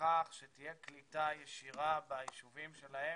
לכך שתהיה קליטה ישירה בישובים שלהם